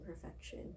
perfection